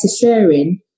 sharing